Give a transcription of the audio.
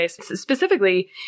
specifically